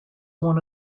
one